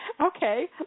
okay